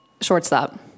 Shortstop